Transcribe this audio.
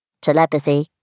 Telepathy